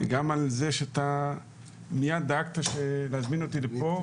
וגם על זה שאתה מייד דאגת להזמין אותי לפה,